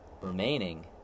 remaining